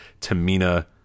Tamina